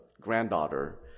granddaughter